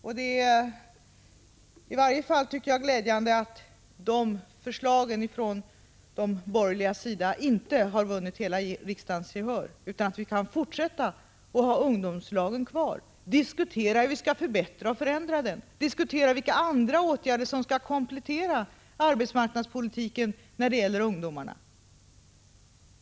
Jag tycker att det är glädjande att förslagen från de borgerligas sida inte har vunnit hela riksdagens gehör, utan att vi kan ha ungdomslagen kvar även i fortsättningen och diskutera hur vi skall förbättra och förändra dem, diskutera vilka andra åtgärder som skall komplettera arbetsmarknadspolitiken när det gäller ungdomarna.